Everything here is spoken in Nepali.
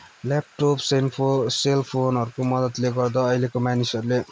ल्यापटप सेलफोन सेलफोनहरूको मद्दतले गर्दा अहिलेको मानिसहरूले